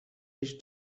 هیچ